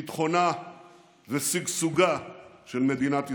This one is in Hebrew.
ביטחונה ושגשוגה של מדינת ישראל.